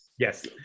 Yes